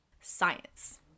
Science